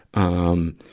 um,